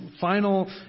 final